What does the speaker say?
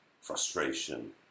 frustration